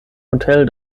hotel